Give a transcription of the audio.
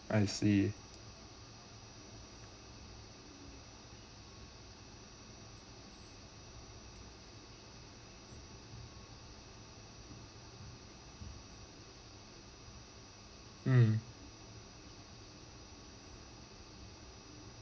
I see mm